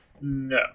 No